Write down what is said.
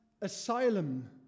asylum